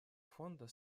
фонда